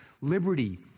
liberty